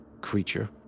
creature